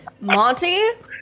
Monty